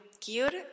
cute